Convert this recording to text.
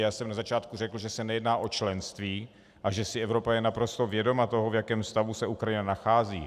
Já jsem na začátku řekl, že se nejedná o členství a že si Evropa je naprosto vědoma toho, v jakém stavu se Ukrajina nachází.